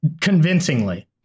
convincingly